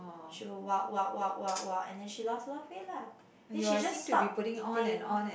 she'll walk walk walk walk walk and then she lost a lot of weight lah and she just stop eating